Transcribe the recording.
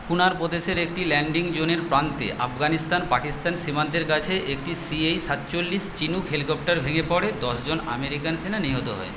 কুনার প্রদেশের একটি ল্যান্ডিং জোনের প্রান্তে আফগানিস্তান পাকিস্তান সীমান্তের কাছে একটি সিএইচ সাতচল্লিশ চিনুক হেলিকপ্টার ভেঙ্গে পড়ে দশ জন আমেরিকান সেনা নিহত হয়